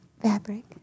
fabric